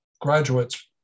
graduates